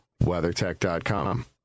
WeatherTech.com